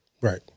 Right